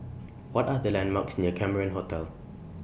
What Are The landmarks near Cameron Hotel